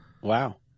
Wow